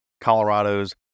Colorado's